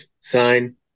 sign